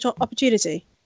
opportunity